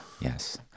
Yes